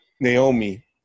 Naomi